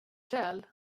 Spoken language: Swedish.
säl